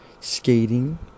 Skating